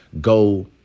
go